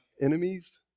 enemies